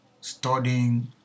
studying